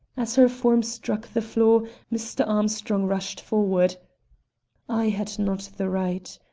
as her form struck the floor mr. armstrong rushed forward i had not the right.